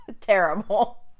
Terrible